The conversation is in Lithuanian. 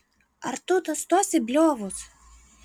ar tu nustosi bliovus